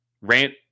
Rant